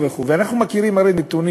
אנחנו מכירים הרי נתונים